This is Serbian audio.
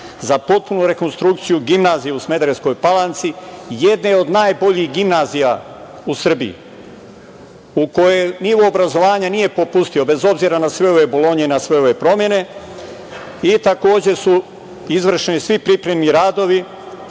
za potpunu rekonstrukciju gimnazije u Smederevskoj Palanci, jedne od najboljih gimnazija u Srbiji u kojoj nivo obrazovanja nije popustio, bez obzira na sve ove Bolonje i na sve ove promene. Takođe su izvršeni svi pripremni radovi,